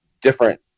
different